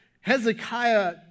Hezekiah